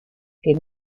que